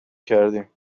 کردیم